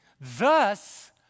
Thus